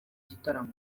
gitaramo